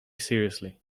seriously